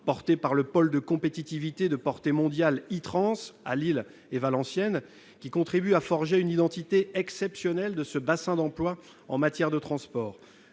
portés par le pôle de compétitivité de portée mondiale i-Trans, à Lille et Valenciennes, qui contribue à forger une identité exceptionnelle de ce bassin d'emploi en matière de transports.